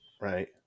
right